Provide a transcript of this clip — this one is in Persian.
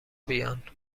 بیان